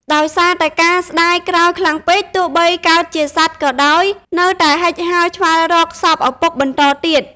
ដោយសារតែការស្ដាយក្រោយខ្លាំងពេក ទោះបីកើតជាសត្វក៏ដោយនៅតែហិចហើរឆ្វែលរកសពឪពុកបន្តទៀត។